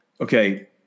Okay